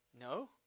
No